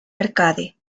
arcade